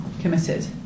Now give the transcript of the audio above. committed